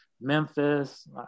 Memphis